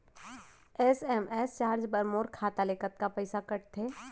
SMS charge बर मोर खाता ले कतका पइसा कटथे?